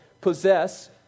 possess